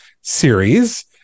series